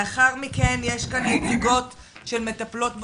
לאחר מכן, יש כאן נציגות שמטפלות באומנות,